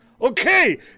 Okay